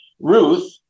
Ruth